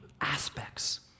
aspects